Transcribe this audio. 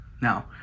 Now